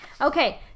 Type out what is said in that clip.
Okay